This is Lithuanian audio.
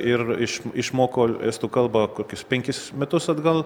ir iš išmoko estų kalbą kokius penkis metus atgal